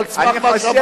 על סמך מה שאמרתי,